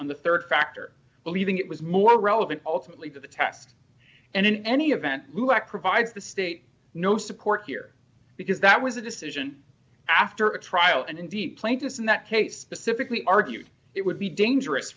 on the rd factor believing it was more relevant ultimately to the test and in any event who act provides the state no support here because that was a decision after a trial and in deep plaintiffs in that case specifically argued it would be dangerous